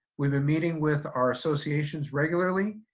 we've been meeting with our associations regularly,